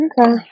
Okay